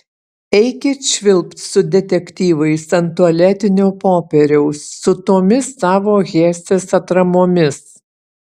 eikit švilpt su detektyvais ant tualetinio popieriaus su tomis savo hesės atramomis